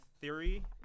theory